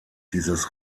dieses